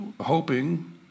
hoping